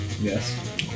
Yes